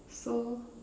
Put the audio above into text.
so